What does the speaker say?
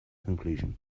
conclusion